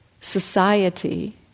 society